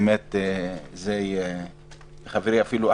חברי אפילו,